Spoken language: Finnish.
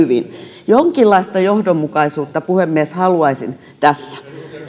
hyvin jonkinlaista johdonmukaisuutta puhemies haluaisin tässä